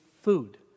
food